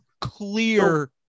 clear –